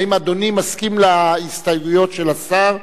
האם אדוני מסכים להסתייגויות של השר,